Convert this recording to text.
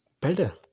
better